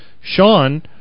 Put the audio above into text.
Sean